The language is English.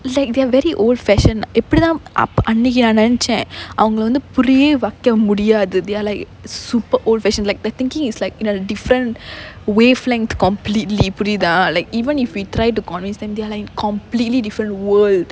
like they're very old fashioned எப்படி தான் அன்னைக்கு நான் நெனச்சேன் அவங்க வந்து புரியவே வெக்க முடியாது:eppadi thaan annaikku naan nenachaen avanga puriyavae vekka mudiyaathu they are like super old fashioned like their thinking is like in a different wavelength completely புரியுதா:puriyuthaa like even if we try to convince them they are like completely different world